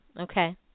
Okay